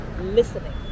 listening